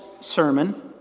sermon